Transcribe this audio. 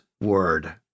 Word